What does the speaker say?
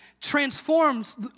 transforms